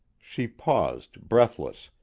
she paused, breathless,